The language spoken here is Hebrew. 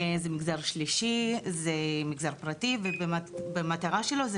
מגזר שלישי ומגזר פרטי כשהמטרה שלו הכנס